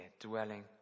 dwelling